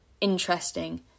interesting